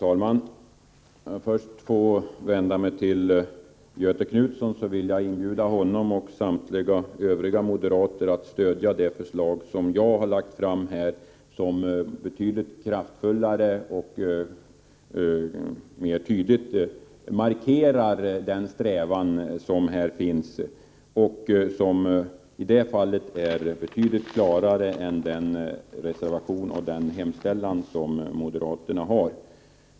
Herr talman! Jag vill inbjuda Göthe Knutson och samtliga moderater till att stödja det förslag som jag har lagt fram här och som avsevärt kraftfullare och mer tydligt än moderaternas reservation markerar den strävan som finns i detta sammanhang.